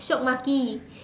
shiok maki